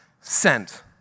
Sent